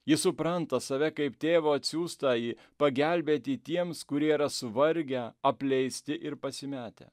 jis supranta save kaip tėvo atsiųstąjį pagelbėti tiems kurie yra suvargę apleisti ir pasimetę